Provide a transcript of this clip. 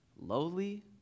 lowly